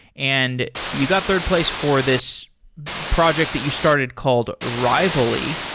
and you got third place for this project that you started called rivaly.